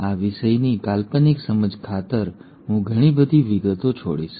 અને આ વિષયની કાલ્પનિક સમજ ખાતર હું ઘણી બધી વિગતો છોડીશ